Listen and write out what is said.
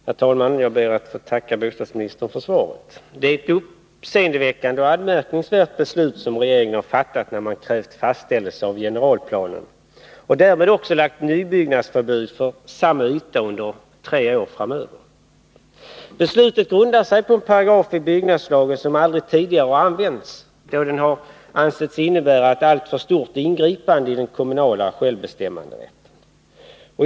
Herr talman! Jag ber att få tacka bostadsministern för svaret. Det är ett uppseendeväckande och anmärkningsvärt beslut som regeringen har fattat när den har krävt fastställelse av generalplan och därmed också nybyggnadsförbud för samma yta under tre år framöver. Beslutet grundar sig på en paragraf i byggnadslagen som aldrig tidigare har använts, då den har ansetts innebära alltför stort ingripande i den kommunala självbestämmanderätten.